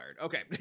okay